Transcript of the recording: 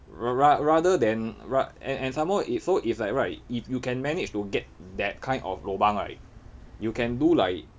r~ ra~ rather than ra~ and and some more if so it's like right if you can manage to get that kind of lobang right you can do like